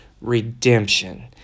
Redemption